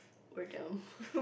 or dumb